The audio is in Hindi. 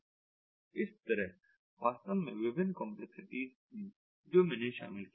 तो इस तरह वास्तव में विभिन्न कंपलेक्सिटीज हैं जो मैंने शामिल की हैं